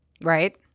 right